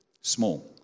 small